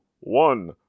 one